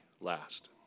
last